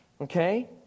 Okay